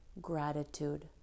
gratitude